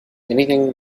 anything